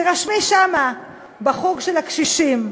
תירשמי שם בחוג של הקשישים.